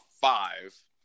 five